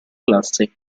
classe